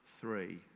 three